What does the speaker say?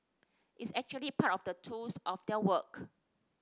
it's actually part of the tools of their work